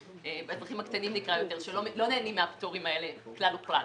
האזרחים הקטנים שלא נהנים מהפטורים האלה כלל וכלל.